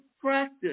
practice